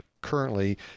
Currently